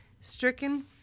stricken